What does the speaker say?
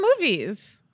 movies